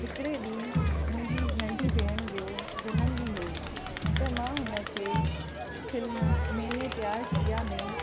हिकिड़े ॾींहुं मुंहिंजी नंढी भेण जो जनमु ॾींहुं हो त मां हुनखे फ़िल्म मैंने प्यार किया में